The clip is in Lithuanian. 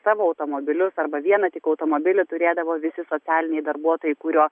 savo automobilius arba vieną tik automobilį turėdavo visi socialiniai darbuotojai kurio